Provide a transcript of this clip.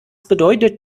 bedeutet